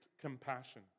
compassion